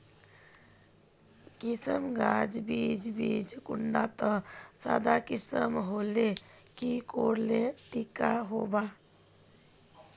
किसम गाज बीज बीज कुंडा त सादा किसम होले की कोर ले ठीक होबा?